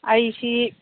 ꯑꯩꯁꯤ